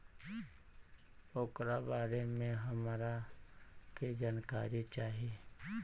ओकरा बारे मे हमरा के जानकारी चाही?